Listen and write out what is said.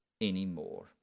anymore